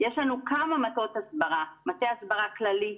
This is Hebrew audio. יש לנו כמה מטות הסברה: מטה הסברה כללי,